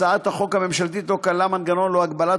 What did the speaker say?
הצעת החוק הממשלתית לא כללה מנגנון להגבלת